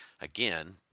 again –